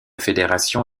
fédération